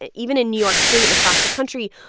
and even in new york state and across the country,